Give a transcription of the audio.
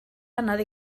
anodd